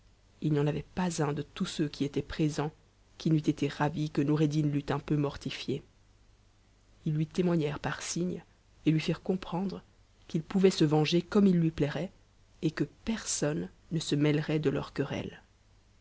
il n'y en avait pas un de tous ceux qui étaient f'esentsqui n'eût été ravi que noureddin l'eût un peu mortiué ils lui té o'gnërpnt par signes et lui firent comprendre qu'il pouvait se venger il lui plairait et que personne ne se mêlerait de leur querelle